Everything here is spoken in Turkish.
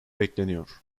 bekleniyor